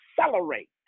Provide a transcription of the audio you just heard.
accelerate